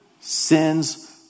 Sin's